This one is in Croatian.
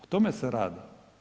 O tome se radi.